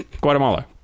Guatemala